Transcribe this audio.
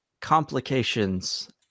complications